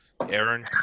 Aaron